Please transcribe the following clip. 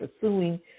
pursuing